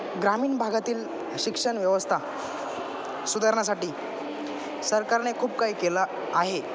ग्रामीण भागातील शिक्षण व्यवस्था सुधारण्यासाठी सरकारने खूप काही केला आहे